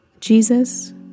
Jesus